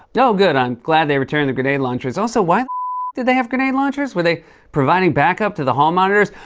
oh, good, i'm glad they returned the grenade launchers. also, why the did they have grenade launchers? were they providing backup to the hall monitors?